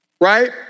right